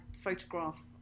photograph